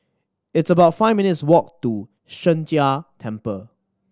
it's about five minutes' walk to Sheng Jia Temple